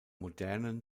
modernen